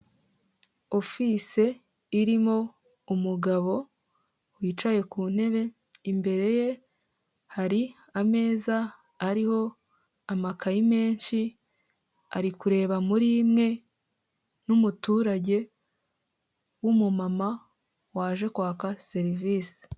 Ofise irimo umugabo wicaye ku ntebe, imbere ye hari ameza ariho amakayi menshi, ari kureba muri imwe n'umuturage w'umumama waje kwaka serivisi.